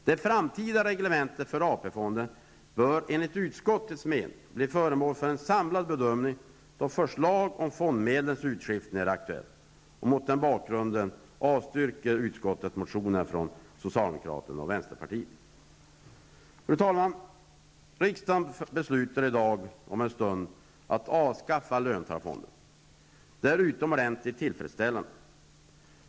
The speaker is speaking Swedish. Det framtida reglementet för AP-fonden bör, enligt utskottets mening, bli föremål för en samlad bedömning då förslag om fondmedlens utskiftning är aktuell. Mot denna bakgrund avstyrker utskottet motionerna från socialdemokraterna och vänsterpartiet. Fru talman! Riksdagen beslutar i dag om en stund att avskaffa löntagarfonderna. Det är utomordentligt tillfredsställande.